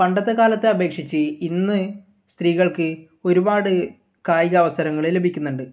പണ്ടത്തെ കാലത്തെ അപേക്ഷിച്ച് ഇന്ന് സ്ത്രീകൾക്ക് ഒരുപാട് കായിക അവസരങ്ങൾ ലഭിക്കുന്നുണ്ട്